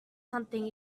something